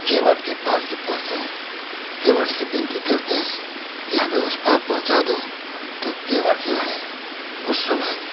केवट के पास जब पहुँचे हैं केवट से विनती करते हैं कि हमें उस पार पहुँचा दो तो केवट जो है उस समय